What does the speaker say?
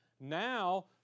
Now